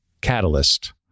catalyst